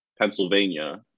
Pennsylvania